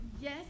Yes